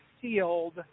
sealed